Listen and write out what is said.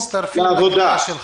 מצטרפים לקריאה שלך,